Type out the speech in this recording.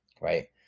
right